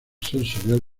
sensorial